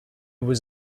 was